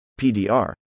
PDR